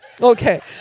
Okay